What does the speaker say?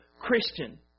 Christian